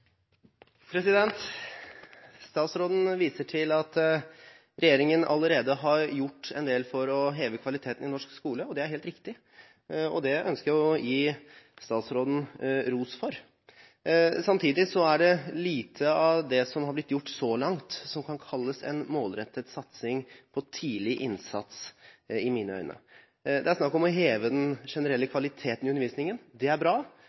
rekruttering. Statsråden viste til at regjeringen allerede har gjort en del for å heve kvaliteten i norsk skole. Det er helt riktig, og det ønsker jeg å gi statsråden ros for. Samtidig er det lite av det som har blitt gjort så langt, som kan kalles en målrettet satsing på tidlig innsats, i mine øyne. Det er snakk om å heve den generelle kvaliteten i undervisningen – det er bra